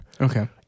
Okay